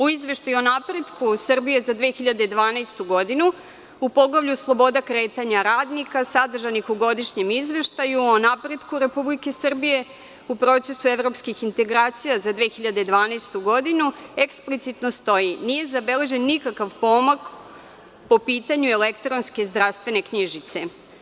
U izveštaju o napretku Srbije za 2012. godinu, u Poglavlju Sloboda kretanja radnika, sadržanih u godišnjem izveštaju o napretku Republike Srbije, u procesu evropskih integracija za 2012. godinu, eksplicitno stoji – nije zabeležen nikakav pomak po pitanju elektronske zdravstvene knjižice.